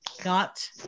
got